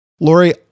Lori